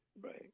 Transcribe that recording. Right